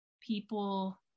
people